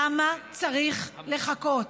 למה צריך לחכות?